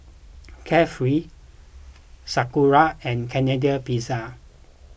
Carefree Sakura and Canadian Pizza